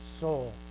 soul